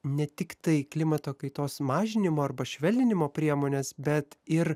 ne tiktai klimato kaitos mažinimo arba švelninimo priemones bet ir